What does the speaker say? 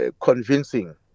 convincing